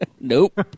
Nope